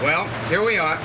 well here we are